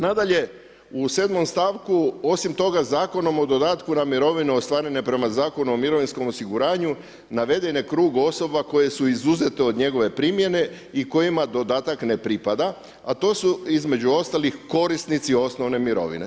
Nadalje, u 7. stavku osim toga Zakonom u dodatku na mirovinu ostvarene prema Zakonu o mirovinskom osiguranju, naveden je krug osoba koje su izuzete od njegove primjene i kojima dodatak ne pripada, a to su između ostalih, korisnici osnovne mirovine.